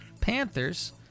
Panthers